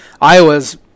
Iowa's